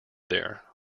there